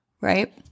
right